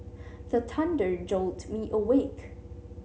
the thunder jolt me awake